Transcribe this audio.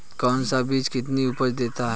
कौन सा बीज कितनी उपज देता है?